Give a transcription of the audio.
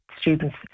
students